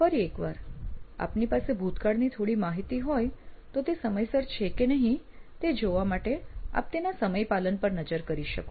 ફરી એક વાર આપની પાસે ભૂતકાળની થોડી માહિતી હોય તો તે સમયસર છે કે નહિ તે જોવા માટે આપ તેના સમયપાલન પર નજર કરી શકો